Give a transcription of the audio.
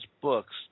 books